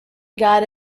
got